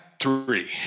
three